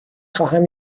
خواهم